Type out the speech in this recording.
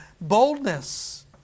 Boldness